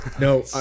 No